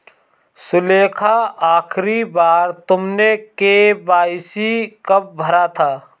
सुलेखा, आखिरी बार तुमने के.वाई.सी कब भरा था?